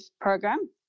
Program